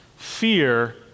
Fear